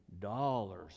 dollars